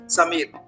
Samir